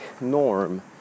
norm